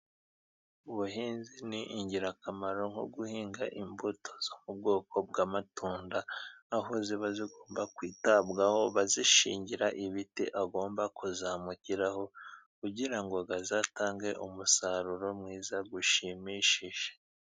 Ubuhinzi ni ingirakamaro, nko guhinga imbuto zo mu bwoko bw'amatunda, aho ziba zigomba kwitabwaho, bazishingira ibiti agomba kuzamukiraho, kugira ngo azatange umusaruro mwiza ushimishije.